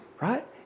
Right